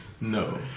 No